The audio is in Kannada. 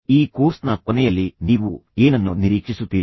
ಈ ಕೋರ್ಸ್ನ ಕೊನೆಯಲ್ಲಿ ನೀವು ಏನನ್ನು ನಿರೀಕ್ಷಿಸುತ್ತೀರಿ